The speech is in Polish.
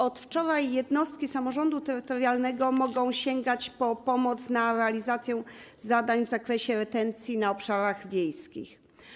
Od wczoraj jednostki samorządu terytorialnego mogą sięgać po pomoc na realizację zadań w zakresie retencji na obszarach wiejskich.